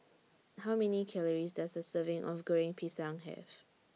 How Many Calories Does A Serving of Goreng Pisang Have